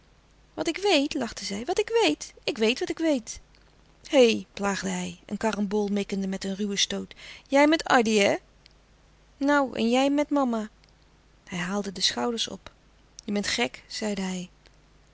wat ik weet lachte zij wat ik weet ik weet wat ik weet hé plaagde hij een carambole mikkende met een ruwen stoot jij met addy hè nou en jij met mama hij haalde de schouders op je bent gek zeide hij